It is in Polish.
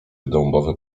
dębowy